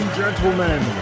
gentlemen